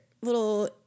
little